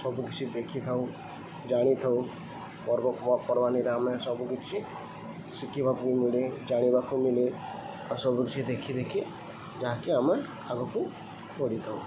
ସବୁକିଛି ଦେଖିଥାଉ ଜାଣିଥାଉ ପର୍ବର୍ପର୍ବାଣିରେ ଆମେ ସବୁକିଛି ଶିଖିବାକୁ ମିଳେ ଜାଣିବାକୁ ମିଳେ ସବୁକିଛି ଦେଖି ଦେଖି ଯାହାକି ଆମେ ଆଗକୁ କରିଥାଉ